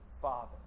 Father